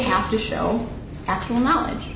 have to show actual knowledge